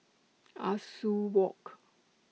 Ah Soo Walk